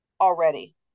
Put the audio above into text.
already